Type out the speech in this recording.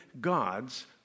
God's